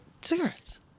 cigarettes